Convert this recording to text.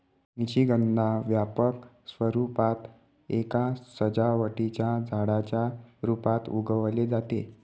निशिगंधा व्यापक स्वरूपात एका सजावटीच्या झाडाच्या रूपात उगवले जाते